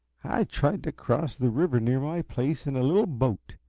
i tried to cross the river near my place in a little boat,